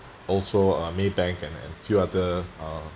also uh maybank and and few other um